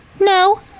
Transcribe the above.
no